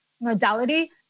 modality